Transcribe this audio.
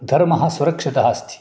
धर्मः सुरक्षितः अस्ति